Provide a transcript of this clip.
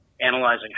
Analyzing